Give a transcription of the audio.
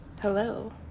Hello